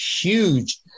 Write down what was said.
huge